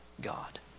God